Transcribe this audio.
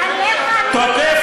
עליך אני לא סומכת.